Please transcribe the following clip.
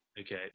Okay